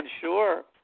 sure